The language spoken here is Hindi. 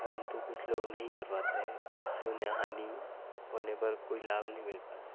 परंतु कुछ लोग नहीं करवाते है जिससे उन्हें हानि होने पर कोई लाभ नहीं मिल पाता